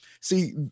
see